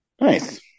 Nice